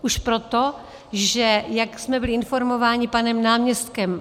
Už proto, že, jak jsme byli informováni panem náměstkem